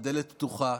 הדלת פתוחה.